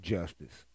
justice